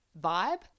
vibe